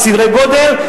בסדרי-גודל,